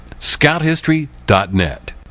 scouthistory.net